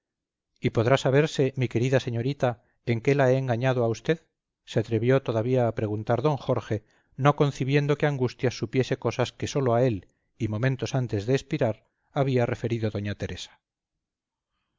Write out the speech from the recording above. y podrá saberse mi querida señorita en qué la he engañado a usted se atrevió todavía a preguntar d jorge no concibiendo que angustias supiese cosas que sólo a él y momentos antes de expirar había referido doña teresa